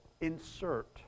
insert